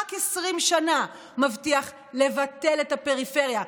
רק 20 שנה, הוא מבטיח לבטל את הפריפריה.